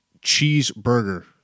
Cheeseburger